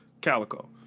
Calico